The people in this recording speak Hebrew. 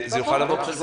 זה יוכל לבוא בחשבון?